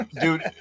Dude